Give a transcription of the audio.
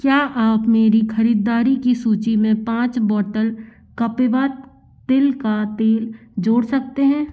क्या आप मेरी ख़रीददारी की सूची में पाँच बौटल कापिबा तिल का तेल जोड़ सकते हैं